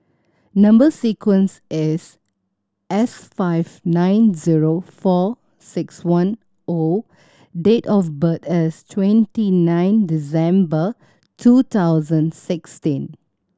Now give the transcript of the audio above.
number sequence is S five nine zero four six one O date of birth is twenty nine December two thousand sixteen